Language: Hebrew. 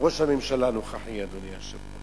ראש הממשלה הנוכחי, אדוני היושב-ראש.